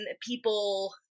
People